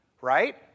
right